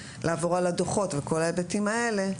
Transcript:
ולעבור על הדוחות וכל ההיבטים האלה,